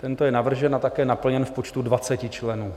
Tento je navržen a také naplněn v počtu 20 členů.